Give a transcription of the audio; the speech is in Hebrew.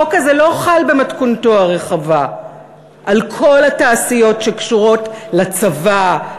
החוק הזה לא חל במתכונתו הרחבה על כל התעשיות שקשורות לצבא,